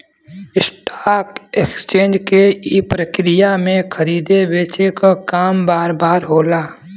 stock exchange के ई प्रक्रिया में खरीदे बेचे क काम बार बार होला